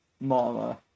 mama